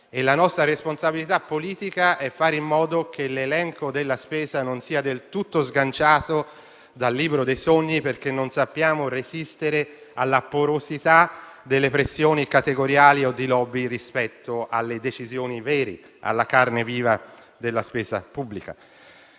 la nostra responsabilità politica è fare in modo che esso non sia del tutto sganciato dal libro dei sogni, perché non sappiamo resistere alla porosità delle pressioni categoriali o di *lobby* rispetto alle decisioni vere, alla carne viva della spesa pubblica.